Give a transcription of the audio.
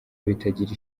bitagira